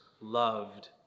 loved